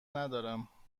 ندارم